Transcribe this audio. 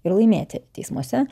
ir laimėti teismuose